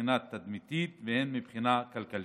מבחינה תדמיתית והן מבחינה כלכלית.